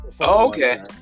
Okay